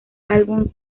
álbum